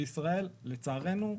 בישראל, לצערנו,